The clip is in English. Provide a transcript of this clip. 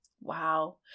Wow